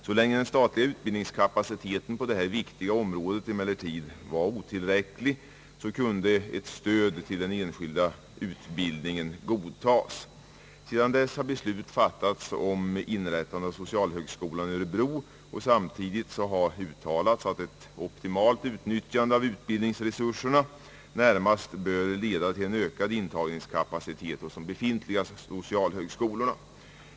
Så länge den statliga utbildningskapaciteten på detta viktiga område emellertid var otillräcklig kunde ett stöd till enskild utbildningsanstalt godtas. Sedan dess har beslut fattats om inrättande av socialhögskolan i Örebro, och samtidigt har uttalats att ett optimalt utnyttjande av utbildningsresurserna närmast bör leda till en ökad intagningskapacitet hos de befintliga socialhögskolorna.